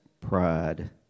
pride